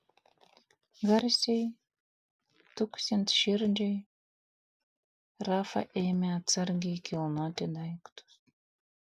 garsiai tuksint širdžiai rafa ėmė atsargiai kilnoti daiktus